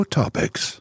topics